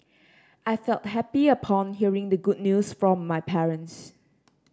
I felt happy upon hearing the good news from my parents